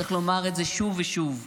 צריך לומר את זה שוב ושוב.